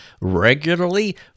regularly